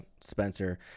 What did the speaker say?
Spencer